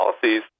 policies